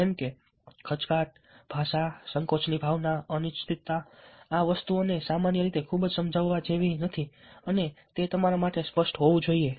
જેમકે ખચકાટ ભાષા સંકોચની ભાવના અનિશ્ચિતતા આ વસ્તુઓ સામાન્ય રીતે ખૂબ સમજાવવા જેવી નથી અને તે તમારા માટે સ્પષ્ટ હોવું જોઈએ